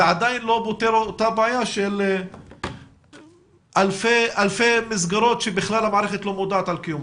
זה עדיין לא פותר את הבעיה של אלפי מסגרות שהמערכת לא יודעת על קיומן.